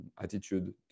attitude